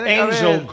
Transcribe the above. angel